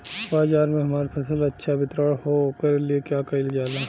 बाजार में हमार फसल अच्छा वितरण हो ओकर लिए का कइलजाला?